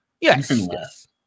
Yes